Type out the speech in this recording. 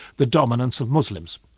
the dominance of muslims.